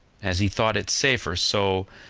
as he thought it safer so,